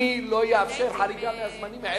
אני לא אאפשר, רבותי, חריגה מהזמנים.